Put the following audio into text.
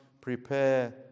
prepare